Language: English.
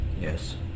Yes